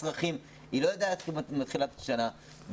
צרכים לא יודעת איך היא מתחילה את השנה.